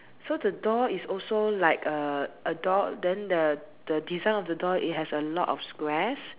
so the door is also like err a door then the the design of the door it has a lot of squares